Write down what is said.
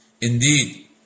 Indeed